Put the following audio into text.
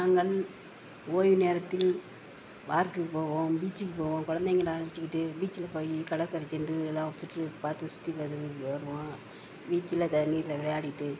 நாங்கள் ஓய்வு நேரத்தில் பார்க்குக்கு போவோம் பீச்சுக்கு போவோம் குழந்தைங்கள அழைச்சிகிட்டு பீச்சில் போய் கடல்கரைக்கு சென்று எல்லாம் சுற்றிலும் பார்த்து சுற்றி பார்த்துட்டு வருவோம் பீச்சில் தண்ணியில் விளையாடிவிட்டு